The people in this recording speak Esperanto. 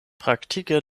praktike